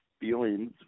feelings